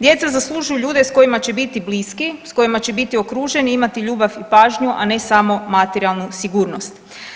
Djeca zaslužuju ljude s kojima će biti bliski, s kojima će biti okruženi, imati ljubav i pažnju, a ne samo materijalnu sigurnost.